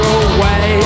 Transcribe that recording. away